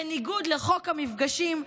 בניגוד לחוק המפגשים,